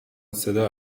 صدا